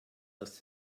aus